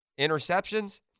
interceptions